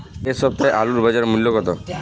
এ সপ্তাহের আলুর বাজার মূল্য কত?